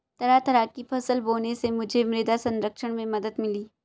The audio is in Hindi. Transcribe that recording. तरह तरह की फसल बोने से मुझे मृदा संरक्षण में मदद मिली